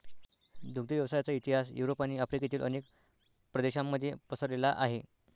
दुग्ध व्यवसायाचा इतिहास युरोप आणि आफ्रिकेतील अनेक प्रदेशांमध्ये पसरलेला आहे